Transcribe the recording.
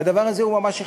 והדבר הזה הוא ממש הכרחי,